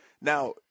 Now